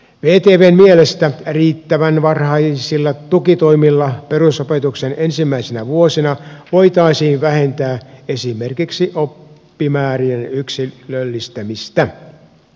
vtvn mielestä riittävän varhaisilla tukitoimilla perusopetuksen ensimmäisinä vuosina voitaisiin vähentää esimerkiksi oppimäärien yksilöllistämistä